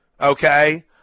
okay